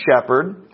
shepherd